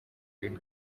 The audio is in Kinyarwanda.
y’u